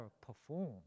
perform